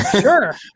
Sure